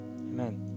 Amen